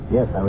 Yes